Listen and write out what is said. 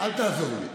אז שב כבר, באמת.